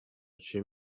чем